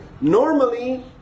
normally